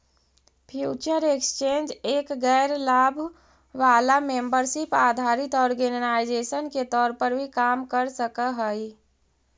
future exchange एक गैर लाभ वाला मेंबरशिप आधारित ऑर्गेनाइजेशन के तौर पर भी काम कर सकऽ हइ